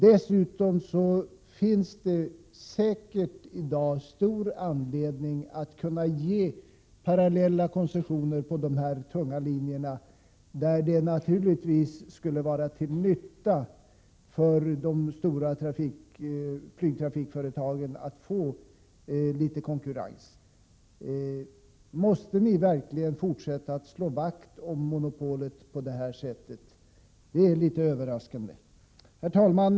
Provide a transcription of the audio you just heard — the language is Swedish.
Dessutom finns det säkert i dag stor anledning att ge parallella koncessioner på de tunga linjerna. Det skulle naturligtvis vara nyttigt om de stora flygtrafikföretagen finge litet konkur 107 rens. Måste vi verkligen fortsätta att slå vakt om monopolet på det här sättet? Det är överraskande. Herr talman!